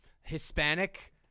Hispanic